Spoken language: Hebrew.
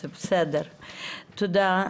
תודה.